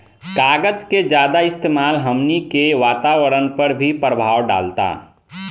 कागज के ज्यादा इस्तेमाल हमनी के वातावरण पर भी प्रभाव डालता